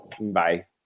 Bye